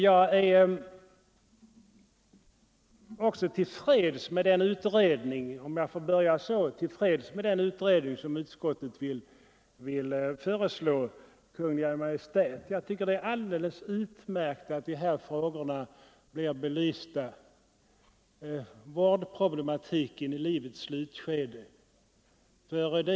Jag är också — om jag får börja så —- till freds med den utredning som utskottet vill föreslå Kungl. Maj:t. Jag tycker det är alldeles utmärkt att vårdproblematiken i livets slutskede blir belyst.